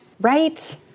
Right